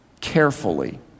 carefully